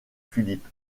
philippe